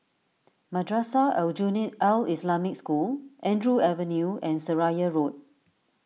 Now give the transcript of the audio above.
Madrasah Aljunied Al Islamic School Andrew Avenue and Seraya Road